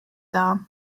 dar